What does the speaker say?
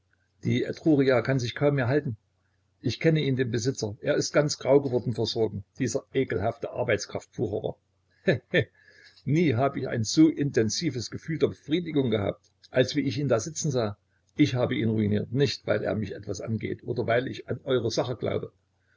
die etruria kann sich kaum mehr halten ich kenne ihn den besitzer er ist ganz grau geworden vor sorgen dieser ekelhafte arbeitskraft wucherer he he nie hab ich ein so intensives gefühl der befriedigung gehabt als wie ich ihn da sitzen sah ich habe ihn ruiniert nicht weil er mich etwas angeht oder weil ich an euere sache glaube